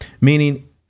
Meaning